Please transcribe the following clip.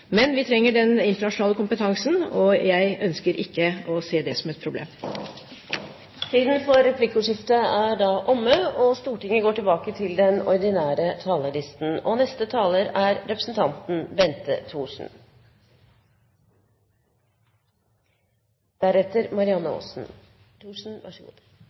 Men vi trenger den internasjonale kompetansen, og jeg ønsker ikke å se det som et problem. Replikkordskiftet er dermed omme.